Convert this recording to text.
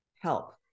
help